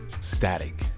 static